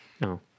no